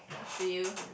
up to you